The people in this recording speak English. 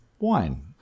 Wine